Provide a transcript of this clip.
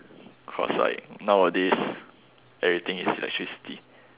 cause like nowadays everything is electricity